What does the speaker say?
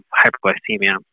hyperglycemia